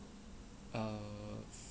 err